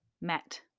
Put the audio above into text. met